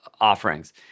offerings